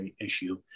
issue